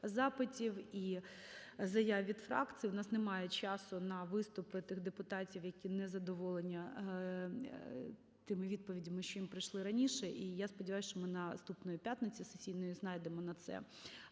запитів і заяв від фракцій, у нас немає часу на виступи тих депутатів, які не задоволені тими відповідями, що їм прийшли раніше. І я сподіваюся, що ми наступної п'ятниці сесійної знайдемо на це